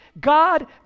God